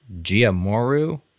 giamoru